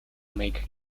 make